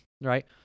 right